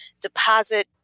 deposit